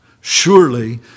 surely